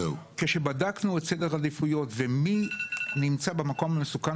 כשבדקנו את סדר העדיפויות ומי נמצא במקום המסוכן